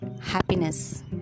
happiness